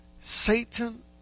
Satan